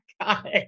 God